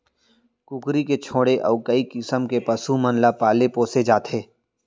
कुकरी के छोड़े अउ कई किसम के पसु मन ल पाले पोसे जाथे